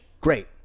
great